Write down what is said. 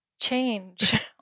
Change